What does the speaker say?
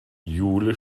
jule